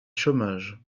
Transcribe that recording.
chômage